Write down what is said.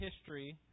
history